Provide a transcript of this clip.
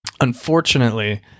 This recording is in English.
Unfortunately